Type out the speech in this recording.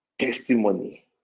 testimony